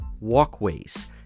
walkways